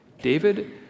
David